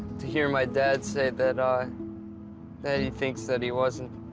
to hear my dad say that, ah that he thinks that he wasn't